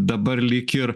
dabar lyg ir